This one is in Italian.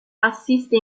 assiste